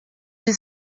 sie